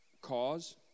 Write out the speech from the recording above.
cause